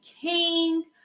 king